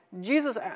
Jesus